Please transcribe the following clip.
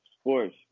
sports